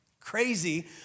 crazy